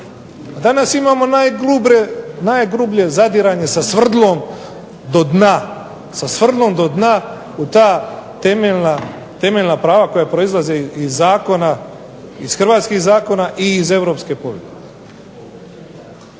Danas imamo najgrublje zadiranje sa svrdlom do dna, sa svrdlom do dna u ta temeljna prava koja proizlaze iz zakona, iz hrvatskih zakona i iz Europske povelje.